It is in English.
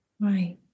right